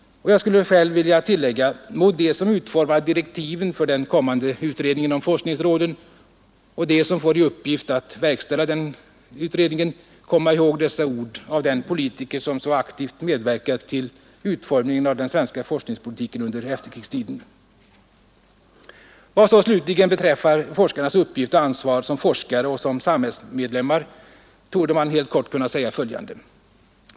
” Och jag skulle själv vilja tillägga: Må de som utformar direktiven för den kommande utredningen om forskningsråden och de som får i uppgift att verkställa den utredningen komma ihåg dessa ord av den politiker som så aktivt har medverkat vid utformningen av den svenska forskningspolitiken under efterkrigstiden. Vad slutligen beträffar forskarens uppgift och ansvar som forskare och som samhällsmedlem torde man helt kort kunna säga följande.